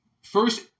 first